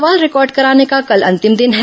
सवाल रिकॉर्ड कराने का कल अंतिम दिन है